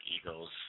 eagles